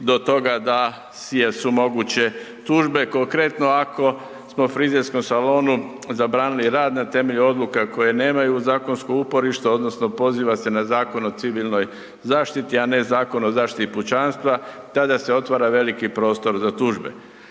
do toga da su moguće tužbe. Konkretno, ako smo frizerskom salonu zabranili rad na temelju odluka koje nemaju zakonsko uporište, odnosno poziva se na Zakon o civilnoj zaštiti, a ne Zakon o zaštiti pučanstva, tada se otvara veliki prostor za tužbe.